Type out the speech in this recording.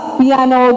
piano